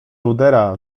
rudera